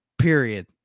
Period